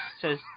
says